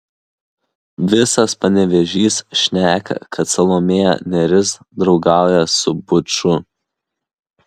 visas panevėžys šneka kad salomėja nėris draugauja su buču